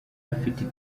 afitiye